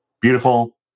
beautiful